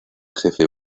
jefe